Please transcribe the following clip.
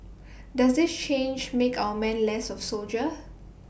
does this change make our men less of soldiers